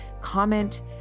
comment